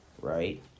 right